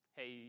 hey